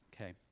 okay